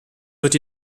wird